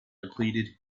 depleted